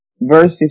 verses